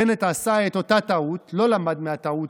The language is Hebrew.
בנט עשה את אותה טעות, לא למד מהטעות,